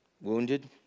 wounded